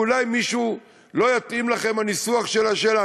כי אולי לא יתאים לכם הניסוח של השאלה.